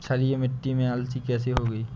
क्षारीय मिट्टी में अलसी कैसे होगी?